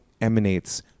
emanates